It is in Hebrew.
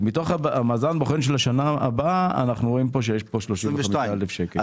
מתוך המאזן בוחן של השנה הבאה אנחנו רואים שיש כאן 35 אלף שקלים.